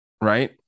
right